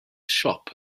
siop